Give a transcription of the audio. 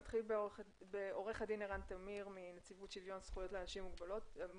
נתחיל עם עו"ד ערן טמיר מנציבות שוויון זכויות לאנשים עם מוגבלות,